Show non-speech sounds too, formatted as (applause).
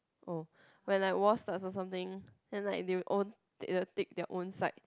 oh when like war starts or something then like they will own (noise) take their own side